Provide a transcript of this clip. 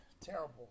terrible